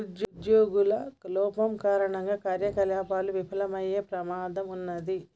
ఉజ్జోగుల లోపం కారణంగా కార్యకలాపాలు విఫలమయ్యే ప్రమాదం ఉన్నాది